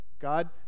God